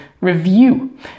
review